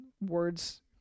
words